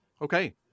Okay